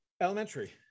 elementary